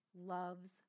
loves